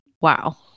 wow